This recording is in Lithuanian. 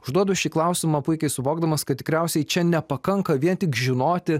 užduodu šį klausimą puikiai suvokdamas kad tikriausiai čia nepakanka vien tik žinoti